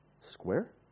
Square